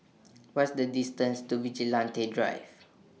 What IS The distance to Vigilante Drive